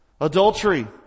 adultery